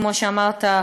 כמו שאמרת,